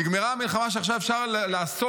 נגמרה המלחמה שעכשיו אפשר לעסוק